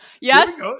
Yes